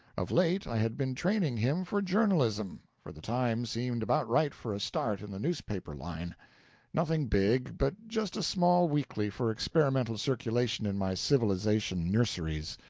of late i had been training him for journalism, for the time seemed about right for a start in the newspaper line nothing big, but just a small weekly for experimental circulation in my civilization-nurseries.